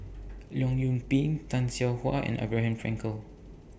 Leong Yoon Pin Tay Seow Huah and Abraham Frankel